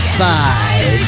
five